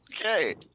Okay